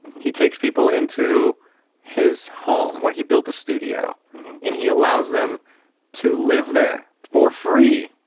he takes people into his home where he built a studio and he allows them to live there for free.